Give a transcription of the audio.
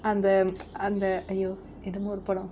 அந்த:antha அந்த:antha !aiyo! என்னமோ ஒரு படம்:ennamo oru padam